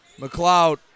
McLeod